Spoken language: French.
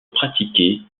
pratiquée